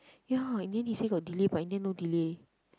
ya in the end he say got delay but in the end no delay